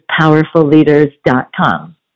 PowerfulLeaders.com